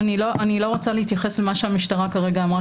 אני לא רוצה למה שהמשטרה אמרה כרגע